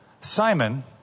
Simon